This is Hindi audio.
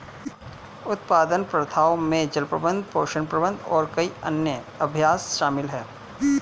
उत्पादन प्रथाओं में जल प्रबंधन, पोषण प्रबंधन और कई अन्य अभ्यास शामिल हैं